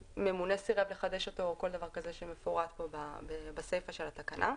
ממונה סירב לחדש אותו או כל דבר כזה שמפורט פה בסיפא של התקנה.